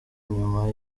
nyuma